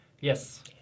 yes